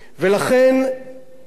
אדוני שר האוצר,